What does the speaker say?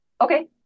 Okay